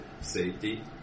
Safety